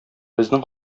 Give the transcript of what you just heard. безнең